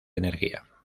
energía